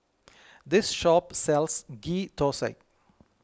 this shop sells Ghee Thosai